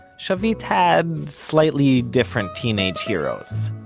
shavit had, slightly different teenage heroes.